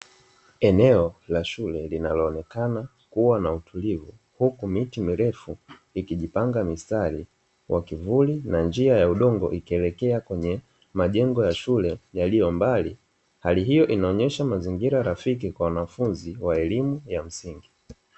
Eneo la shule linaloonekana kuwa na utulivu, huku miti mirefu ikijipanga mistari kwa kivuli na njia ya udongo ikielekea kwenye majengo ya shule yaliyombali, hali hiyo inaonyesha mazingira rafiki kwa wanafunzi wa elimu ya msingi.